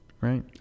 Right